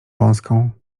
wąską